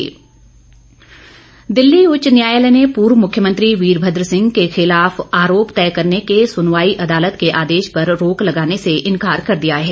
उच्च न्यायालय वीरभद्र दिल्ली उच्च न्यायालय ने पूर्व मुख्यमंत्री वीरभद्र सिंह के खिलाफ आरोप तय करने के सुनवाई अदालत के आदेश पर रोक लगाने से इंकार कर दिया है